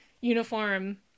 uniform